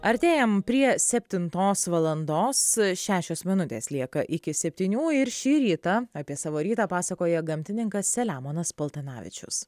artėjam prie septintos valandos šešios minutės lieka iki septynių ir šį rytą apie savo rytą pasakoja gamtininkas selemonas paltanavičius